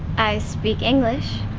i speak english.